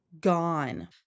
gone